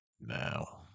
now